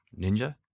Ninja